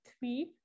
three